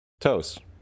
toast